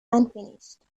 unfinished